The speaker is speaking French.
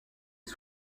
les